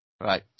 Right